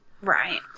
Right